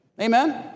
Amen